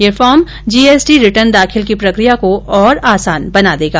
ये form G S T return दाखिल की प्रक्रिया को और आसान बना देगा